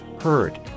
hurt